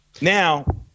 Now